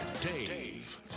Dave